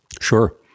Sure